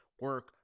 Work